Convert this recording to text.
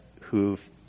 who've